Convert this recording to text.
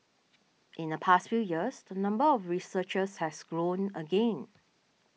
in the past few years the number of researchers has grown again